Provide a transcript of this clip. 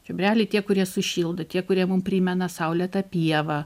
čiobreliai tie kurie sušildo tie kurie mum primena saulėtą pievą